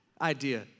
idea